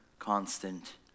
constant